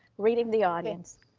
reading the audience.